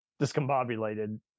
discombobulated